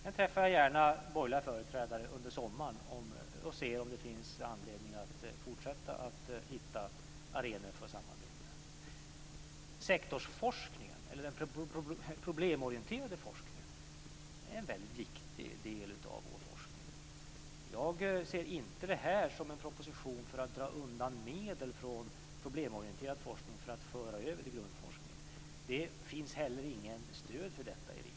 Jag träffar gärna borgerliga företrädare under sommaren och ser om det finns anledning att fortsätta att hitta arenor för samarbete. Sektorsforskningen, eller den problemorienterade forskningen, är en väldigt viktig del av vår forskning. Jag ser inte proposition som ett sätt att dra undan medel från problemorienterad forskning för att föra över till grundforskning. Det finns heller inget stöd för detta i riksdagen.